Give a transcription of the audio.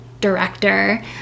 director